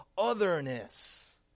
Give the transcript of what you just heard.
otherness